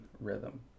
rhythm